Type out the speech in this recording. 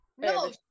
No